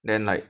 then like